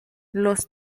los